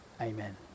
Amen